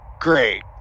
Great